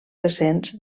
recents